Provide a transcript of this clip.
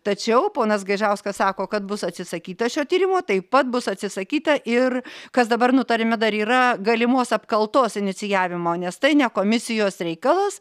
tačiau ponas gaižauskas sako kad bus atsisakyta šio tyrimo taip pat bus atsisakyta ir kas dabar nutarėme dar yra galimos apkaltos inicijavimo nes tai ne komisijos reikalas